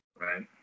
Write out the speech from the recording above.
Right